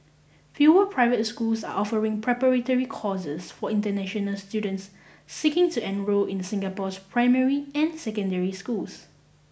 fewer private schools are offering preparatory courses for international students seeking to enrol in Singapore's primary and secondary schools